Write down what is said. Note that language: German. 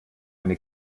eine